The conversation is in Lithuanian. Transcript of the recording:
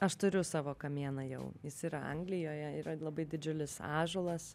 aš turiu savo kamieną jau jis yra anglijoje yra labai didžiulis ąžuolas